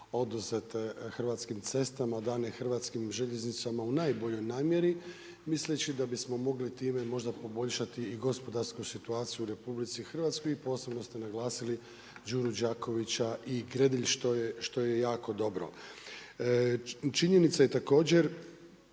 oduzete hrvatskih cestama dane hrvatskim željeznicama u najboljoj namjeri misleći da bismo mogli time možda poboljšati i gospodarsku situaciju misleći da bismo mogli time možda poboljšati i gospodarsku situaciju u RH i posebno ste naglasili Đuru Đakovića i Gredelj, što je jako dobro. Činjenica je također